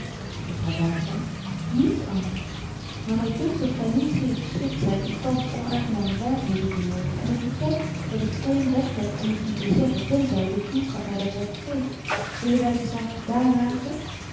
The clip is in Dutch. juffrouw buigzaam niets anders maar my dunkt dat gy niet zeer geschikt zyt om thans onaangename waarheden te horen en ik beken dat ik geen recht heb om u die te zeggen ten zy de vriendschap my dat recht geeft willen wy de zaak daar laten